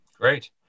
Great